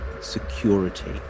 security